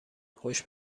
خوش